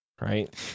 Right